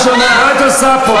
מה את עושה פה בכלל?